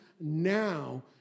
Now